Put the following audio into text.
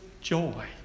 joy